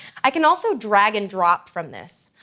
i can also drag and drop from this,